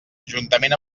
juntament